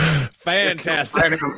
Fantastic